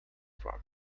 from